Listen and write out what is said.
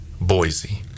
Boise